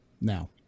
now